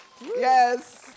Yes